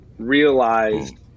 realized